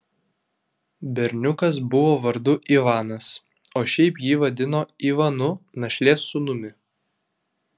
berniukas buvo vardu ivanas o šiaip jį vadino ivanu našlės sūnumi